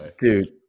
dude